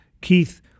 Keith